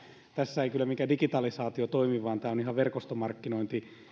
tässä ei kyllä mikään digitalisaatio toimi vaan tämä on ihan verkostomarkkinointihommaa